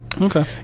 Okay